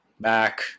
back